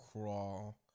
Crawl